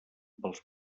pels